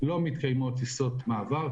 לא מתקיימות טיסות מעבר,